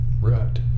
right